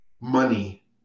money